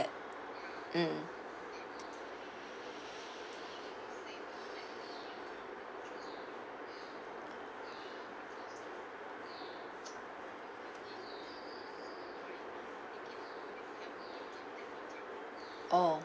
mm orh